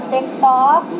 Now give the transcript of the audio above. TikTok